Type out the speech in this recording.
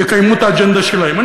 יקיימו את האג'נדה שלהם.